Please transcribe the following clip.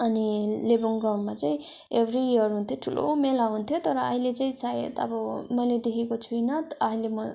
अनि लेबोङ ग्राउन्डमा चाहिँ एभ्री यर हुन्थ्यो ठुलो मेला हुन्थ्यो तर अहिले चाहिँ सायद अब मैले देखेको छुइनँ अहिले म